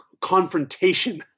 confrontation